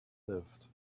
lived